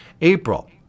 April